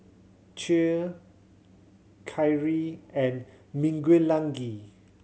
Che Kyrie and Miguelangel